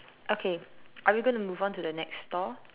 okay are we going to move on to the next stall